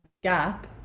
gap